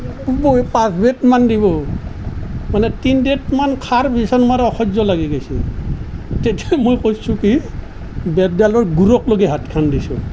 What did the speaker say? মোক হাতত পাঁচ বেতমান দিব মানে তিন বেতমান খোৱাৰ পিছত মোৰ অসহ্য লাগি গৈছিল তেতিয়া মই কৰিছোঁ কি বেতডালৰ গুৰকলৈকে হাতখন দিছোঁ